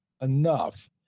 enough